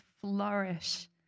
flourish